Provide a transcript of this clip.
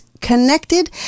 connected